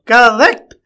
Correct